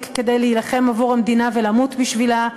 כדי להילחם עבור המדינה ולמות בשבילה,